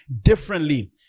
differently